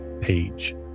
page